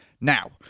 Now